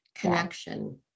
connection